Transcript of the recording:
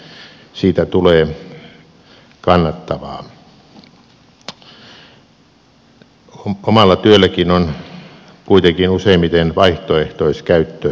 omalla työlläkin on kuitenkin useimmiten vaihtoehtoiskäyttö ja kustannus